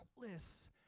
Countless